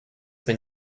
been